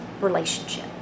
relationship